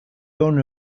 owner